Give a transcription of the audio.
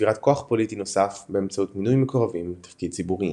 ולצבירת כוח פוליטי נוסף באמצעות מינוי מקורבים לתפקידים ציבוריים.